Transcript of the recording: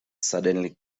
suddenly